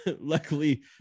Luckily